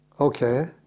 Okay